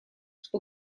что